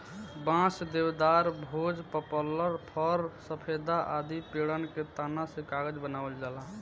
बांस, देवदार, भोज, पपलर, फ़र, सफेदा आदि पेड़न के तना से कागज बनावल जाला